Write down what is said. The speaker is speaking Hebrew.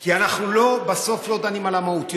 כי אנחנו בסוף לא דנים על המהות.